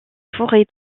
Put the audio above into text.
forêts